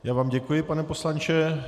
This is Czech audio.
Já vám děkuji, pane poslanče.